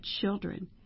children